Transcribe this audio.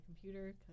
computer